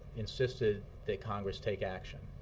insisted that congress take action.